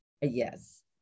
Yes